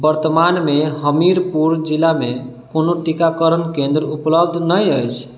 वर्तमानमे हमीरपुर जिलामे कोनो टीकाकरण केंद्र उपलब्ध नहि अछि